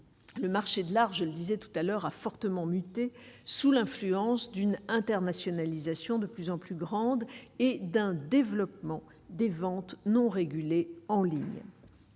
le marché de l'art, je le disais tout à l'heure, a fortement muté sous l'influence d'une internationalisation de plus en plus grande, et d'un développement des ventes non régulée en ligne.